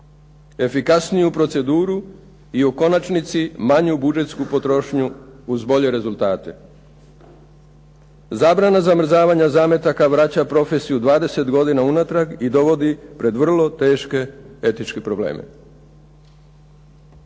efikasniju proceduru i u konačnici manju budžetsku potrošnju uz bolje rezultate. Zabrana zamrzavanja zametaka vraća profesiju 20 godina unatrag i dovodi pred vrlo teške etičke probleme.